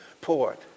port